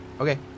Okay